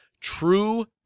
True